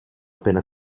appena